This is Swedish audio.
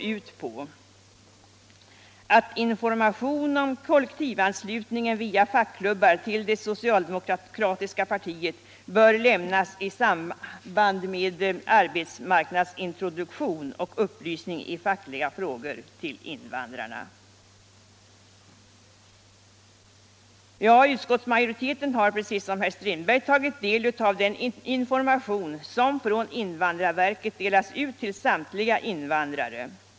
Utskottet har precis som herr Strindberg tagit del av den information som från invandrarverket delats ut till samtliga invandrare.